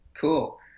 Cool